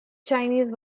chinese